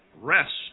rest